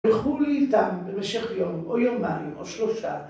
‫הלכו לאיטם במשך יום או יומיים ‫או שלושה דקות.